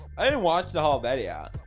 i didn't watch the whole video.